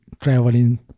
traveling